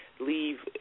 Leave